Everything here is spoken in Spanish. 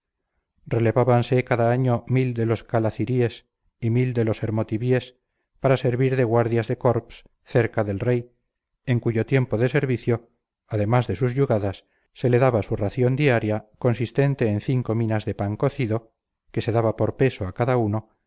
mismas relevábanse cada año mil de los calaciries y mil de los hermotibies para servir de guardias de corps cerca del rey en cuyo tiempo de servicio además de sus yugadas se le daba su ración diaria consistente en cinco minas de pan cocido que se daba por peso a cada uno